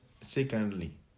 secondly